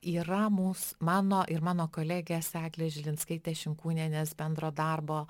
yra mūs mano ir mano kolegės eglės žilinskaitės šimkūnienės bendro darbo